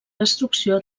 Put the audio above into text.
destrucció